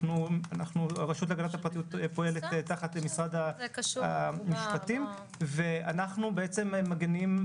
הרשות להגנת הפרטיות פועלת תחת משרד המשפטים ואנחנו בעצם מגנים,